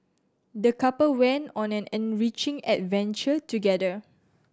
the couple went on an enriching adventure together